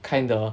kinda